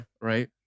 Right